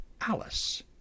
Alice